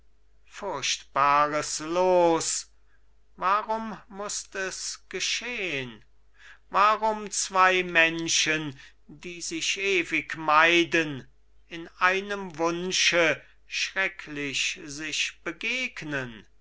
furchtbares los warum mußt es geschehn warum zwei menschen die sich ewig meiden in einem wunsche schrecklich sich begegnen